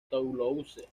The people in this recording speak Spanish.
toulouse